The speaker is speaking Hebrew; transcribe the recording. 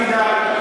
חבר הכנסת חזן,